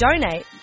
donate